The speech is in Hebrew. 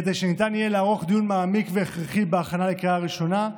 כדי שניתן יהיה לערוך דיון מעמיק והכרחי בהכנה לקריאה ראשונה,